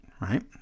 right